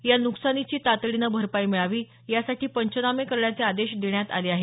या नुकसानीची तातडीनं भरपाई मिळावी यासाठी पंचनामे करण्याचे आदेश देण्यात आले आहेत